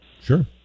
Sure